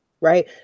right